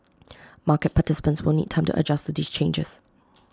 market participants will need time to adjust to these changes